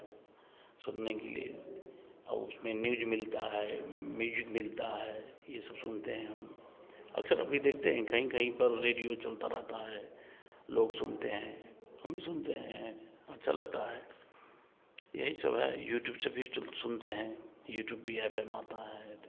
सुनने के लिए और उसमें न्यूज़ मिलता है म्यूजिक मिलता है यह सब सुनते हैं अक्सर हम यह देखते हैं कहीं कहीं पर रेडियो चलता रहता है लोग सुनते हैं हम भी सुनते हैं अच्छा लगता है यही सब है यूट्यूब से भी सुनते हैं यूट्यूब भी एफ एम आता है